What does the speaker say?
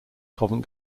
covent